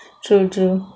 true true